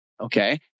okay